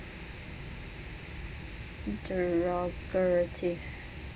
derogative